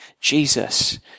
Jesus